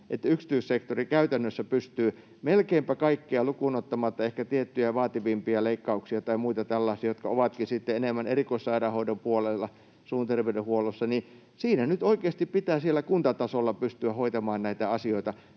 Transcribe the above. että yksityissektori käytännössä pystyy tekemään melkeinpä kaikkia, lukuun ottamatta ehkä tiettyjä vaativimpia leikkauksia tai muita tällaisia, jotka ovatkin sitten enemmän erikoissairaanhoidon puolella suun terveydenhuollossa. Siinä nyt oikeasti pitää kuntatasolla pystyä hoitamaan näitä asioita.